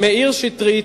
מאיר שטרית,